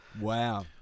Wow